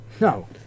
No